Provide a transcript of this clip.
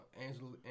Angela